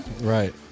right